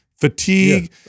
fatigue